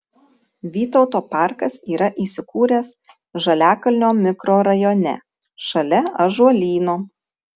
vytauto parkas yra įsikūręs žaliakalnio mikrorajone šalia ąžuolyno